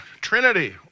Trinity